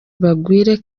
bagwire